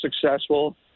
successful